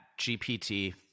GPT